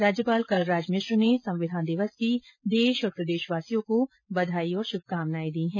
राज्यपाल कलराज मिश्र ने संविधान दिवस की देश और प्रदेशवासियों को बधाई और शुभकामनाएं दी है